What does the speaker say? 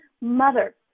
Mother